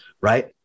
right